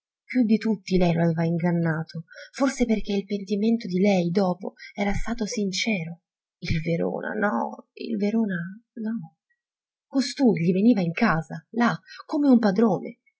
più di tutti lei lo aveva ingannato forse perché il pentimento di lei dopo era stato sincero il verona no il verona no costui gli veniva in casa là come un padrone